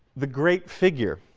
the great figure